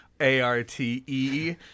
A-R-T-E